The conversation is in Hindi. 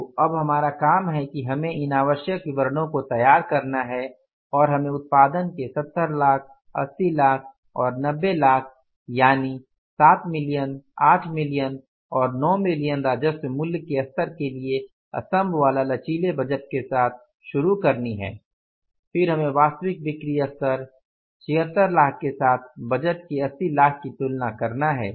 तो अब हमारा काम है कि हमें इन आवश्यक विवरणों को तैयार करना है और हमें उत्पादन के 70 लाख ८० लाख और ९० लाख यानि 7 मिलियन 8 मिलियन और 9 मिलियन राजस्व मूल्य के स्तर के लिए स्तंभ वाला लचीले बजट के साथ शुरू करनी है फिर हमें वास्तविक बिक्री स्तर 7600000 के साथ बजट के 80 लाख की तुलना करना है